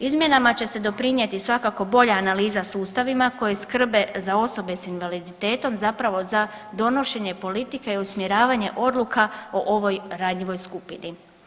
Izmjenama će se doprinjeti svakako bolja analiza sustavima koje skrbe za osobe s invaliditetom zapravo za donošenje politika i usmjeravanje odluka o ovoj ranjivoj skupini.